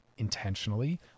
intentionally